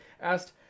asked